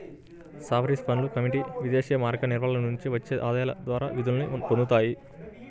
sovereign ఫండ్లు commodity విదేశీమారక నిల్వల నుండి వచ్చే ఆదాయాల ద్వారా నిధుల్ని పొందుతాయి